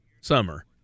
summer